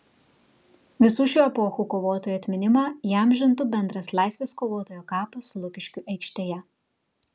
visų šių epochų kovotojų atminimą įamžintų bendras laisvės kovotojo kapas lukiškių aikštėje